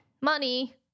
money